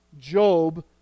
Job